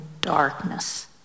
darkness